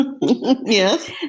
yes